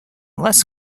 less